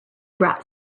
brought